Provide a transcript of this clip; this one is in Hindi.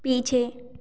पीछे